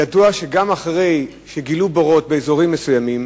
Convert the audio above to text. ידוע שגם אחרי שגילו בורות באזורים מסוימים,